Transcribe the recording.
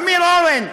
אורן,